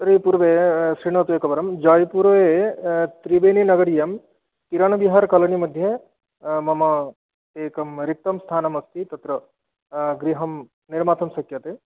तर्हि पूर्वं शृणोतु एकवारम् जयपूरे त्रिवेणिनगर्यां किरणविहार् कालोनिमध्ये मम एकं रिक्तं स्थानमस्ति तत्र गृहं निर्मातुं शक्यते